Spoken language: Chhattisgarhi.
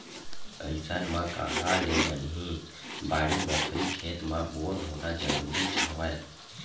अइसन म काँहा ले बनही बाड़ी बखरी, खेत म बोर होना जरुरीच हवय